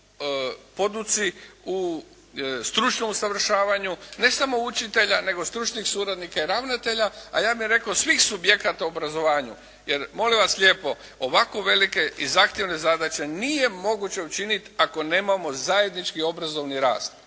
u poduci, u stručnom usavršavanju ne samo učitelja nego stručnih suradnika i ravnatelja a ja bih rekao svih subjekata u obrazovanju. Jer molim vas lijepo, ovako velike i zahtjevne zadaće nije moguće učiniti ako nemamo zajednički obrazovni rast.